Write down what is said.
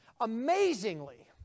Amazingly